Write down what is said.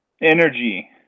energy